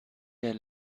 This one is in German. der